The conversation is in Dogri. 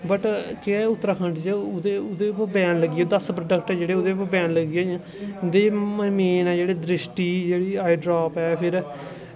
बट के उत्तराखण्ड ओह्दे पर बैन लग्गी गेआ दस प्रोडक्ट जेह्ड़े ओह्दे पर बैन लग्गी गेआ उं'दे च मेन ऐ जेह्ड़े द्रिश्टी आई ड्राप ऐ फिर